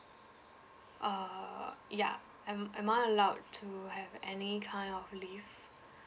err yeah am am I allowed to have any kind of leave